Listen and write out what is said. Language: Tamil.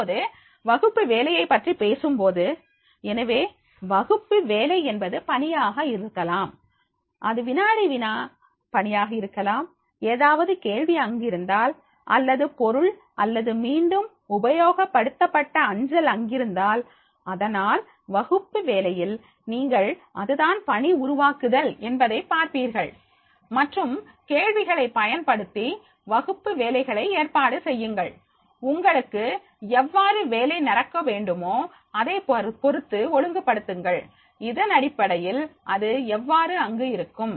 இப்போது வகுப்புவேலையைப் பற்றி நீங்கள் பேசும்போது எனவே வகுப்பு வேலை என்பது பணியாக இருக்கலாம் அது வினாடி வினா பணியாக இருக்கலாம் ஏதாவது கேள்வி அங்கிருந்தால் அல்லது பொருள் அல்லது மீண்டும் உபயோகப்படுத்தப்பட்ட அஞ்சல் அங்கிருந்தால் அதனால் வகுப்பு வேலையில் நீங்கள் அதுதான் பணி உருவாக்குதல் என்பதை பார்ப்பீர்கள் மற்றும் கேள்விகளை பயன்படுத்தி வகுப்பு வேலைகளை ஏற்பாடு செய்யுங்கள் உங்களுக்கு எவ்வாறு வேலை நடக்க வேண்டுமோ அதைப் பொறுத்து ஒழுங்கு படுத்துங்கள் இதனடிப்படையில் அது எவ்வாறு அங்கு இருக்கும்